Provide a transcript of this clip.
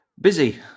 Busy